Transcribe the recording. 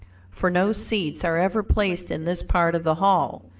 for no seats are ever placed in this part of the hall,